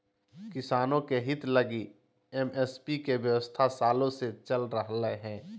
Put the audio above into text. किसानों के हित लगी एम.एस.पी के व्यवस्था सालों से चल रह लय हें